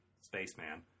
spaceman